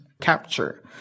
capture